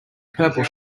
purple